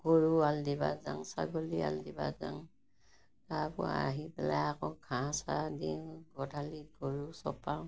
গৰু এৰাল দিবা যাওঁ ছাগলী এৰাল দিবা যাওঁ তাৰপৰা আহি পেলাই আকৌ ঘাঁহ চাহ দিওঁ গধূলি গৰু চপাওঁ